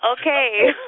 Okay